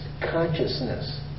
consciousness